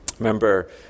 remember